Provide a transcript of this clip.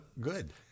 Good